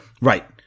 Right